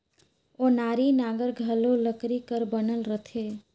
ओनारी नांगर घलो लकरी कर बनल रहथे